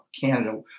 Canada